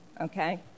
okay